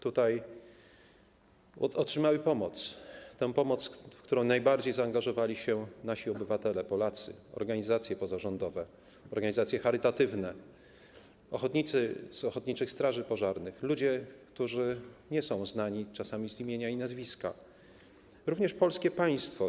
Tutaj otrzymali oni pomoc, w którą najbardziej zaangażowali się nasi obywatele, Polacy, organizacje pozarządowe, organizacje charytatywne, ochotnicy z ochotniczych straży pożarnych, ludzie, którzy czasami nie są znani z imienia i nazwiska, jak również polskie państwo.